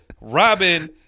Robin